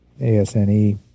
ASNE